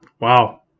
Wow